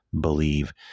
believe